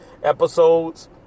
episodes